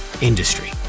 industry